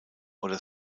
oder